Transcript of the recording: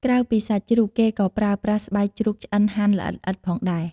ក្រៅពីសាច់ជ្រូក គេក៏ប្រើប្រាស់ស្បែកជ្រូកឆ្អិនហាន់ល្អិតៗផងដែរ។